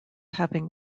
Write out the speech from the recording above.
having